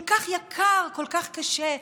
כל כך יקר, כל כך קשה,